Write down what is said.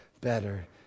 better